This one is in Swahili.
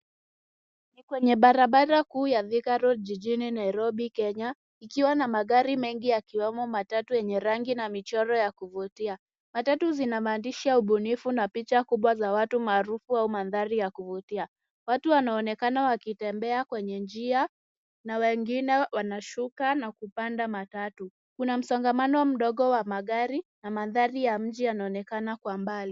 Ni kwenye barabara kuu ya Thika road jijini Nairobi Kenya ikiwa na magari mengi yakiwemo matatu yenye rangi na michoro ya kuvutia. Matatu zina maandishi ya ubunifu na picha kubwa za watu maarufu au mandhari ya kuvutia. Watu wanaonekana wakitembea kwenye njia na wengine wanashuka na kupanda matatu. Kuna msongamano mdogo wa magari na mandhari ya mji yanaonekana kwa mbali.